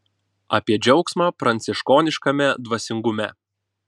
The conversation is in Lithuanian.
apie džiaugsmą pranciškoniškame dvasingume